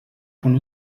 von